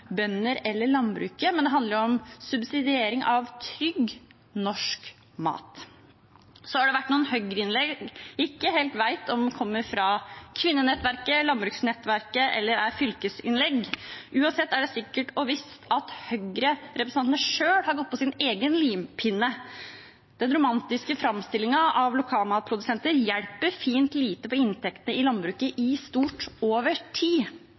bønder eller landbruket, men det handler om subsidiering av trygg, norsk mat. Så har det vært noen Høyre-innlegg som jeg ikke helt vet om kommer fra kvinnenettverket, landbruksnettverket eller er fylkesinnlegg. Uansett er det sikkert og visst at Høyre-representantene selv har gått på sin egen limpinne. Den romantiske framstillingen av lokalmatprodusenter hjelper fint lite for inntektene i landbruket i stort over tid.